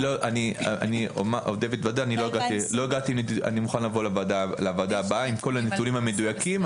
אני אודה ואתוודה אני מוכן לבוא לוועדה הבאה עם כל הנתונים המדויקים.